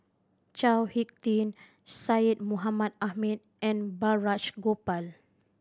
Chao Hick Tin Syed Mohamed Ahmed and Balraj Gopal